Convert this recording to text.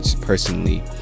personally